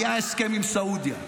היה הסכם עם סעודיה,